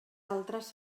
altres